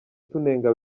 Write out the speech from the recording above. tunenga